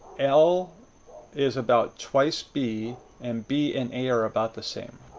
l is about twice b and b and a are about the same.